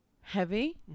heavy